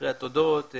אחרי התודות,